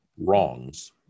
wrongs